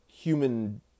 human